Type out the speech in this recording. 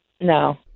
No